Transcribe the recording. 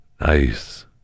nice